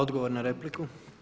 Odgovor na repliku.